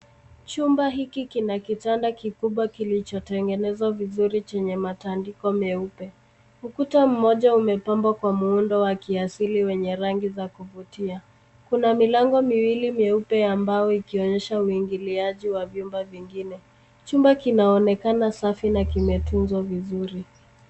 Chumba hiki kina kitanda kikubwa kilichotengenezwa vizuri chenye matandiko meupe. Ukuta mmoja umepambwa kwa muundo wa kiasili wenye rangi za kuvutia. Kuna milango miwili myeupe ya mbao ikionyesha uingiliaji wa vyumba vingine. Chumba kinaonekana safi na kimetunzwa vizuri.